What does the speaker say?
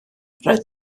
roedd